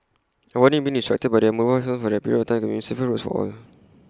avoiding being distracted by their mobile phones for that period of time could mean safer roads own